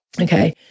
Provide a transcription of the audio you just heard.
Okay